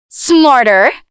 Smarter